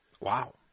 Wow